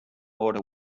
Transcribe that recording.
order